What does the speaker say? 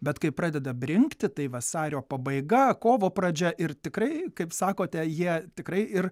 bet kai pradeda brinkti tai vasario pabaiga kovo pradžia ir tikrai kaip sakote jie tikrai ir